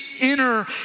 inner